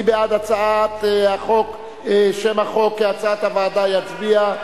מי בעד הצעת החוק, שם החוק כהצעת הוועדה, יצביע.